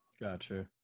gotcha